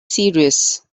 serious